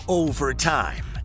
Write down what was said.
overtime